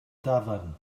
dafarn